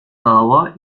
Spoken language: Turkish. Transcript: dava